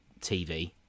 TV